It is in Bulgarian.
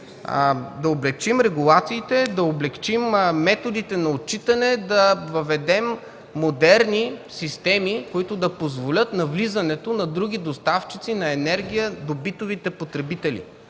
да облекчим регулациите, да облекчим методите на отчитане, да въведем моделни системи, които да позволят на влизането на други доставчици на енергия до битовите потребители.